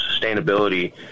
sustainability